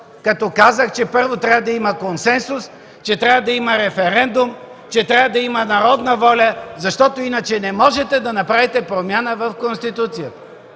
като казах, че първо трябва да има консенсус, че трябва да има референдум, че трябва да има народна воля, защото иначе не можете да направите промяна в Конституцията.